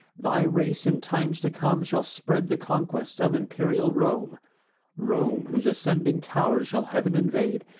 thy race, in times to come, shall spread the conquests of imperial rome rome, whose ascending tow'rs shall heav'n invade,